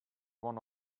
one